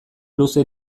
luze